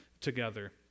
together